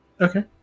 okay